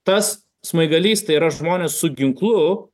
tas smaigalys tai yra žmonės su ginklu